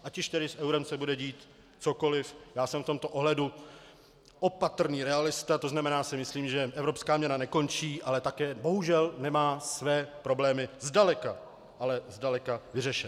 Ať už se s eurem bude dít cokoliv, já jsem v tomto ohledu opatrný realista, to znamená, já si myslím, že evropská měna nekončí, ale také bohužel nemá své problémy zdaleka, ale zdaleka vyřešeny.